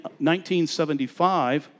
1975